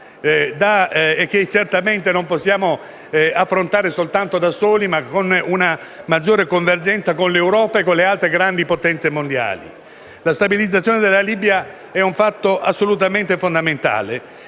e che certamente non possiamo affrontare da soli, ma con una maggiore convergenza con l'Europa e le altre grandi potenze mondiali. La stabilizzazione della Libia è un fatto assolutamente fondamentale